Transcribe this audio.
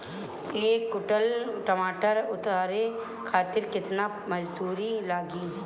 एक कुंटल टमाटर उतारे खातिर केतना मजदूरी लागी?